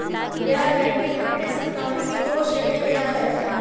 गैर बैंकिंग वित्तीय संस्थानों की दो श्रेणियाँ क्या हैं?